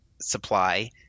supply